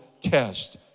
test